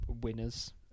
winners